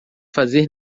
fazer